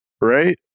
right